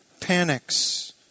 panics